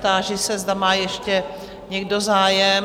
Táži se, zda má ještě někdo zájem?